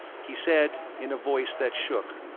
he said, in a voice that shook,